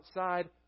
outside